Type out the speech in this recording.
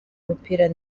umupira